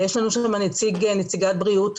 יש לנו שם נציגת בריאות,